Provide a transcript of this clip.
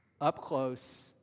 up-close